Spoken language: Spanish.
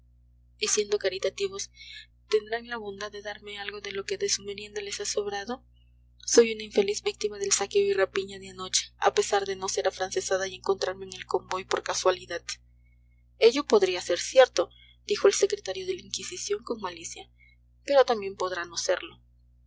siendo caritativos tendrán la bondad de darme algo de lo que de su merienda les ha sobrado soy una infeliz víctima del saqueo y rapiña de anoche a pesar de no ser afrancesada y encontrarme en el convoy por casualidad ello podrá ser cierto dijo el secretario de la inquisición con malicia pero también podrá